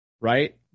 Right